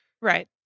Right